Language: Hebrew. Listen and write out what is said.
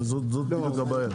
זאת בדיוק הבעיה.